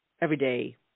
everyday